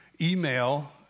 email